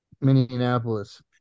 Minneapolis